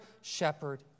shepherd